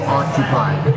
occupied